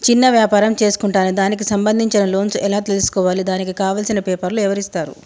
చిన్న వ్యాపారం చేసుకుంటాను దానికి సంబంధించిన లోన్స్ ఎలా తెలుసుకోవాలి దానికి కావాల్సిన పేపర్లు ఎవరిస్తారు?